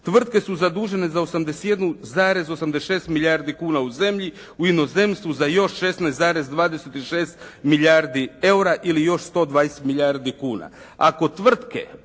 tvrtke su zadužene za 81,86 milijardi kuna u zemlji, u inozemstvu, za još 16,26 milijardi eura ili još 120 milijardi kuna.